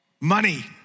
money